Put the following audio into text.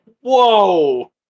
Whoa